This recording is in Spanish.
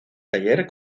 taller